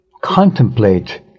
contemplate